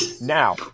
Now